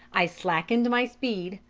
i slackened my speed,